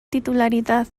titularidad